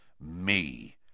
Me